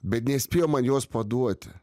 bet nespėjo man jos paduoti